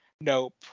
nope